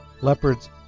Leopards